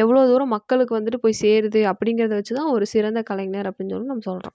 எவ்வளோ தூரம் மக்களுக்கு வந்துட்டு போய் சேருது அப்படிங்கிறத வச்சு தான் ஒரு சிறந்த கலைஞர் அப்படினு சொல்லி நம்ம சொல்கிறோம்